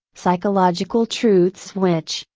psychological truths which,